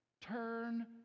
turn